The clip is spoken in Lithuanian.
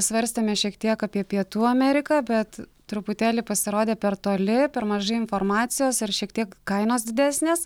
svarstėme šiek tiek apie pietų ameriką bet truputėlį pasirodė per toli per mažai informacijos ir šiek tiek kainos didesnės